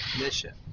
mission